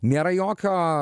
nėra jokio